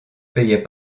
payait